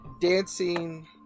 dancing